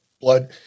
blood